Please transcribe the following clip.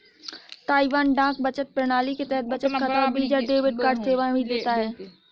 Taiwan डाक बचत प्रणाली के तहत बचत खाता और वीजा डेबिट कार्ड सेवाएं भी देता है